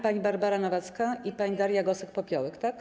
Pani Barbara Nowacka i pani Daria Gosek-Popiołek, tak?